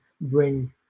bring